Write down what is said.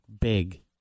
big